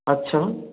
আচ্ছা